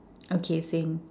okay same